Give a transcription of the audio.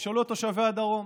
תשאלו את תושבי הדרום.